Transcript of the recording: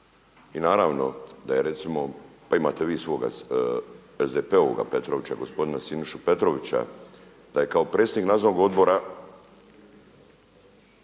I naravno da je recimo, pa imate vi svoga SDP-ovoga Petrovića, gospodina Sinišu Petrovića, da je kao predsjednik nadzornog odbora